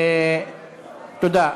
תודה.